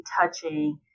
touching